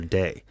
day